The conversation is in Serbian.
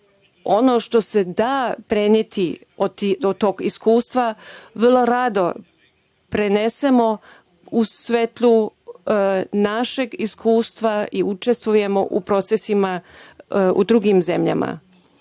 ono što se da preneti do tog iskustva, vrlo rado prenesemo u svetlu našeg iskustva i učestvujemo u procesima u drugim zemljama. Želim